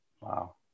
Wow